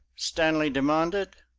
stanley demanded.